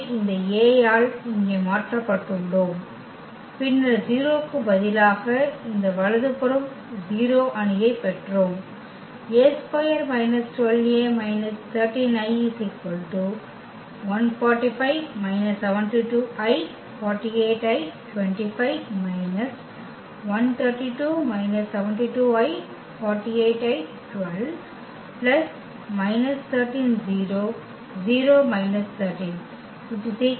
எனவே இந்த A ஆல் இங்கே மாற்றப்பட்டுள்ளோம் பின்னர் 0 க்கு பதிலாக இந்த வலது புறம் 0 அணியைப் பெற்றோம்